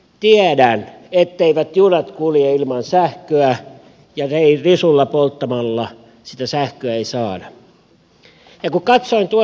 tiedän etteivät junat kulje ilman sähköä ja että risuja polttamalla sitä sähköä ei saada